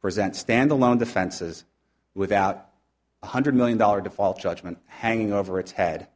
present stand alone defenses without one hundred million dollar default judgment hanging over its head